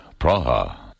Praha